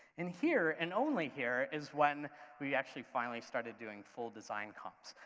and here and only here is when we actually finally started doing full design comps.